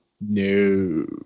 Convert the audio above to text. no